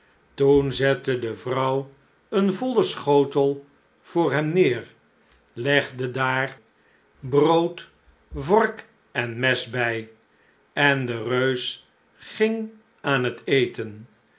toen zette de vrouw een vollen schotel voor hem neêr legde daar j j a goeverneur oude sprookjes brood vork en mes bij en de reus ging aan t eten